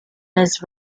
less